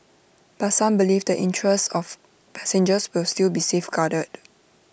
but some believe the interests of passengers will still be safeguarded